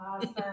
Awesome